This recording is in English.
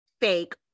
fake